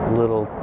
little